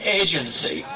agency